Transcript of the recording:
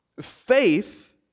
Faith